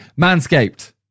Manscaped